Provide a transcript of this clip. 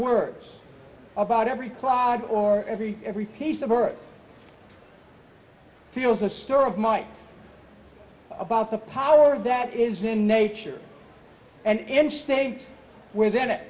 words about every cloud or every every piece of earth feels a store of might about the power that is in nature and in state within it